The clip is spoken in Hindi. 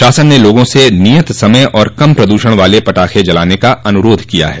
शासन ने लोगों स नियत समय और कम प्रदूषण वाल पटाखे जलाने का अन्रोध किया है